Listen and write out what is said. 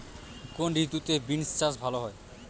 কোন ঋতুতে বিন্স চাষ ভালো হয়?